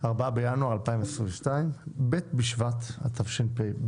4 בינואר 2022, ב' בשבט התשפ"ב.